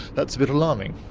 that's a bit alarming'.